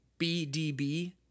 BDB